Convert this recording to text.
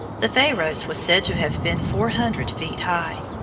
the pharos was said to have been four hundred feet high.